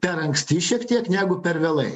per anksti šiek tiek negu per vėlai